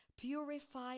Purify